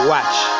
Watch